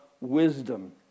wisdom